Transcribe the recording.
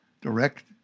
direct